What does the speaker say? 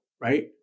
right